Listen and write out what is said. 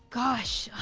gosh!